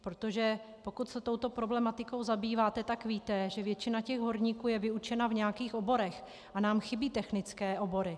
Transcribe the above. Protože pokud se touto problematikou zabýváte, víte, že většina těch horníků je vyučena v nějakých oborech, a nám chybí technické obory.